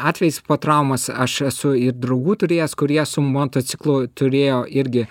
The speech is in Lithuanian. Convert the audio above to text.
atvejis po traumos aš esu ir draugų turėjęs kurie su motociklu turėjo irgi